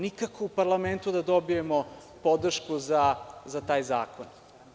Nikako u parlamentu da dobijemo podršku za taj zakon.